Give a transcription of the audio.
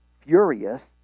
furious